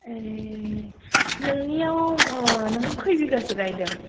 ए नोंनियाव नों खै बिगासो गायदों